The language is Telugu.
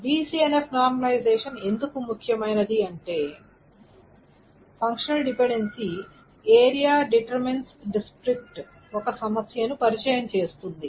BCNF నార్మలైజేషన్ ఎందుకు ముఖ్యమైనది అంటే FD ఏరియా→డిస్ట్రిక్ట్ ఒక సమస్యను పరిచయం చేస్తుంది